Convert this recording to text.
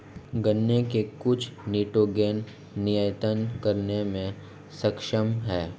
गन्ने की कुछ निटोगेन नियतन करने में सक्षम है